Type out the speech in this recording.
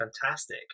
fantastic